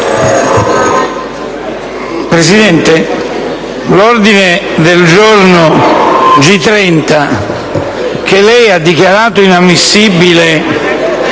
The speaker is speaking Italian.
Presidente, l'ordine del giorno G30, che lei ha dichiarato inammissibile,